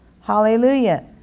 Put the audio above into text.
Hallelujah